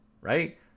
right